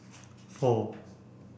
four